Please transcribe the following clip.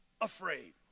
afraid